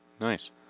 Nice